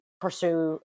pursue